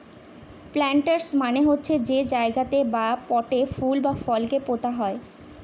planters মানে হচ্ছে যে জায়গাতে বা পটে ফুল বা ফলকে পোতা হয়